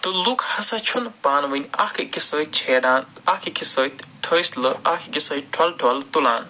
تہٕ لُکھ ہَسا چھُنہٕ پانہٕ ؤنۍ اکھ أکِس سۭتۍ چھیڑان تہٕ اکھ أکِس سۭتۍ ٹھٲسلہٕ اکھ أکِس سۭتۍ ٹھۄلہٕ ٹھۄلہٕ تُلان